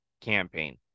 campaign